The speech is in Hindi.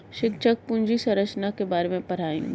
शिक्षक पूंजी संरचना के बारे में पढ़ाएंगे